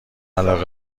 علاقه